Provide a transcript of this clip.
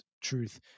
truth